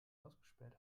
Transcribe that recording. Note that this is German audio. ausgesperrt